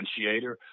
differentiator